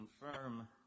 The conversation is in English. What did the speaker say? confirm